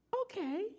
okay